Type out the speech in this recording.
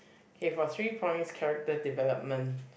K for three points character development